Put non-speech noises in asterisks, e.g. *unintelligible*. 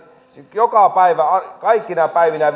joka päivä kaikkina päivinä *unintelligible*